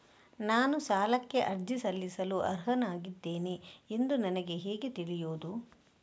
ನಾನು ಸಾಲಕ್ಕೆ ಅರ್ಜಿ ಸಲ್ಲಿಸಲು ಅರ್ಹನಾಗಿದ್ದೇನೆ ಎಂದು ನನಗೆ ಹೇಗೆ ತಿಳಿಯುದು?